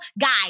guys